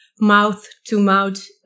mouth-to-mouth